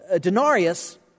Denarius